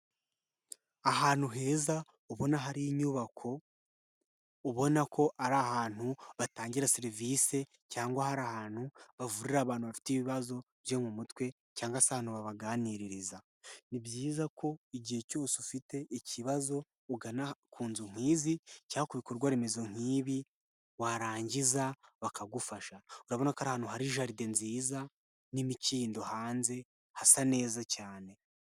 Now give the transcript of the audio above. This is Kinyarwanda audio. Ahantu heza ubona hari inyubako, ubona ko ari ahantu batangira serivisi, cyangwa hari ahantu bavurira abantu bafite ibibazo byo mu mutwe, cyangwa se ahantu babaganiriza. Ni byiza ko igihe cyose ufite ikibazo ugana ku nzu nk'izi cyangwa kubikorwa remezo nkibi, warangiza bakagufasha urabona ko ahantu hari jaride nziza n'imikindo hanze, hasa neza cyane.